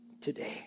today